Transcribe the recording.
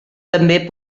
també